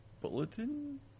Bulletin